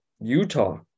utah